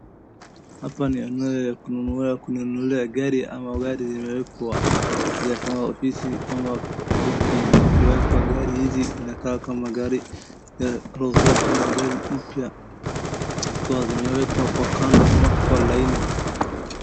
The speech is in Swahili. Hapa ni eneo ya kununua, ya kununulia gari ama gari zimewekwa, zimewekwa kama ofisi ama baki zikiwekwa, gari hizi inakaa kama gari ya roho safi ama gari mpya, zikiwa zimewekwa kwa kando ama kwa laini.